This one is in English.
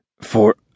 For-